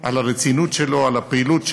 על הרצינות שלו, על הפעילות שלו.